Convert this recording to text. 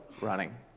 running